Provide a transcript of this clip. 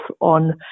on